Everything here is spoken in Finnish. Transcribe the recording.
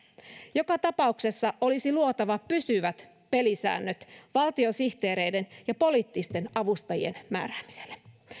joka tapauksessa olisi luotava pysyvät pelisäännöt valtiosihteereiden ja poliittisten avustajien määräämiselle